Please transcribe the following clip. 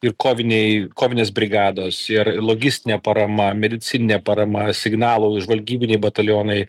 ir koviniai kovinės brigados ir logistinė parama medicininė parama signalų žvalgybiniai batalionai